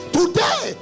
Today